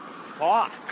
Fuck